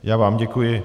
Já vám děkuji.